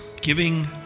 giving